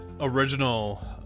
Original